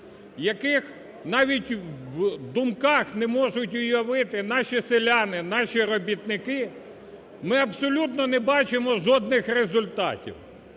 яких навіть у думках не можуть уявити наші селяни, наші робітники. Ми абсолютно не бачимо жодних результатів.